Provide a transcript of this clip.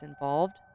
involved